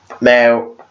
now